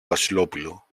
βασιλόπουλο